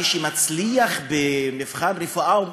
מי שמצליח במבחן רפואה,